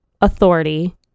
authority